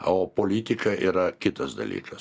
o politika yra kitas dalykas